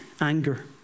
Anger